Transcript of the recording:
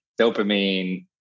dopamine